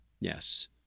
Yes